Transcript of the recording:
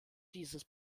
dieses